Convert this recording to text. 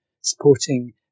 supporting